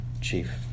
chief